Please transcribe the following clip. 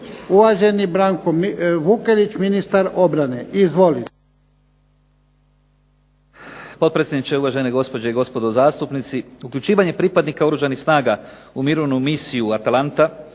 Uvaženi Branko Vukelić, ministar obrane. Izvolite.